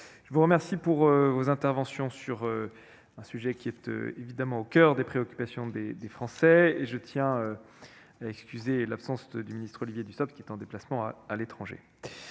je vous remercie de vos interventions sur un sujet qui est évidemment au coeur des préoccupations des Français. Je tiens à excuser l'absence du ministre Olivier Dussopt, qui est en déplacement à l'étranger.